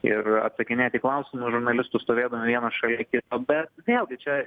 ir atsakinėti į klausimus žurnalistų stovėdami vienas šalia kito bet vėlgi čia